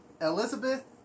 Elizabeth